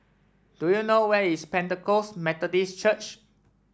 do you know where is Pentecost Methodist Church